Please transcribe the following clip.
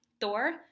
Thor